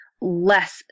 less